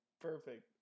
perfect